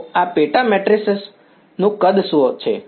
તો આ પેટા મેટ્રિસિસનું કદ શું હશે